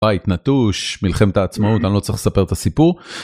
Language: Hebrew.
בית נטוש... מלחמת העצמאות אני לא צריך לספר את הסיפור.